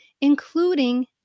including